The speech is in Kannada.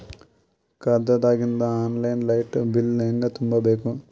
ಖಾತಾದಾಗಿಂದ ಆನ್ ಲೈನ್ ಲೈಟ್ ಬಿಲ್ ಹೇಂಗ ತುಂಬಾ ಬೇಕು?